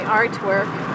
artwork